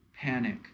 panic